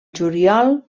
juliol